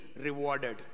rewarded